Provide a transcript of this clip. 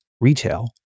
retail